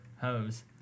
hose